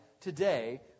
today